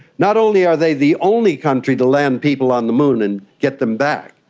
not only are they the only country to land people on the moon and get them back,